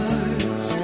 eyes